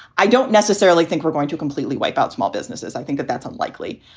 i don't necessarily think we're going to completely wipe out small businesses. i think that that's unlikely.